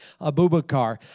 Abubakar